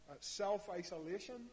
self-isolation